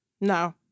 No